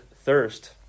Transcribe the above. thirst